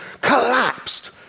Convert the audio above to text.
collapsed